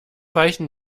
weichen